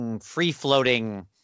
free-floating